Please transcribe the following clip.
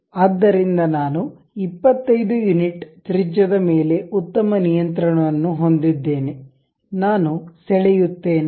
ಆದ್ದರಿಂದ ನಾನು 25 ಯುನಿಟ್ ತ್ರಿಜ್ಯದ ಮೇಲೆ ಉತ್ತಮ ನಿಯಂತ್ರಣವನ್ನು ಹೊಂದಿದ್ದೇನೆ ನಾನು ಸೆಳೆಯುತ್ತೇನೆ